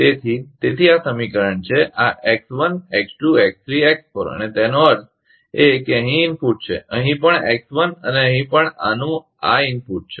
તેથી તેથી આ સમીકરણ છે આ x1 x2 x3 x4 અને તેનો અર્થ એ કે અહીં ઇનપુટ છે અહીં પણ x1 અને અહીં પણ આ આનું ઇનપુટ છે